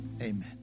Amen